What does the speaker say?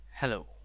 Hello